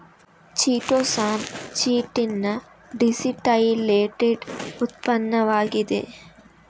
chitosan chitin ನ deacetylated ಉತ್ಪನ್ನವಾಗಿದೆ